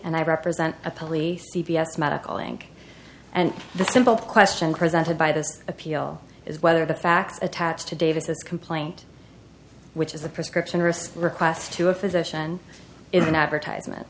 and i represent a police c v s medical inc and the simple question presented by this appeal is whether the fact attached to davis complaint which is a prescription wrist request to a physician is an advertisement